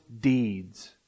deeds